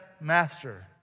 Master